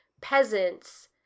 peasants